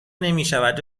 نمیشود